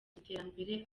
iterambere